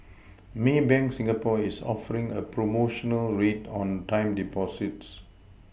Maybank Singapore is offering a promotional rate on time Deposits